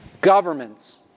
governments